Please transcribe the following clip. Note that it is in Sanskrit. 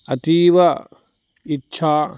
अतीव इच्छा